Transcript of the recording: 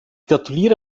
gratuliere